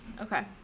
Okay